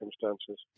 circumstances